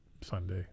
Sunday